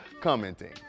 commenting